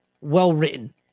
well-written